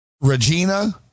Regina